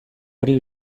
hori